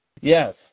Yes